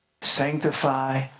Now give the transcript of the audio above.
Sanctify